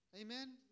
Amen